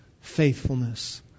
faithfulness